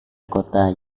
kota